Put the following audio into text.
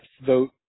vote